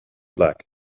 black